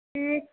ठीक